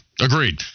Agreed